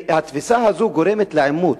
התפיסה הזאת גורמת לעימות.